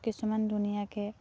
কিছুমান ধুনীয়াকে